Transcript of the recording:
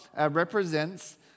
represents